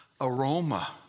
aroma